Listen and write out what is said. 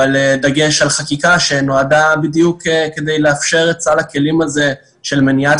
אבל דגש על חקיקה שנועדה בדיוק כדי לאפשר את סל הכלים הזה של מניעת